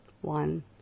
one